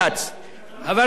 בתוך מדינת ישראל יש עוני.